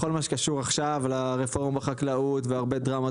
בכל מה שקשור עכשיו לרפורמה בחקלאות והרבה דרמות,